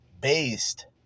based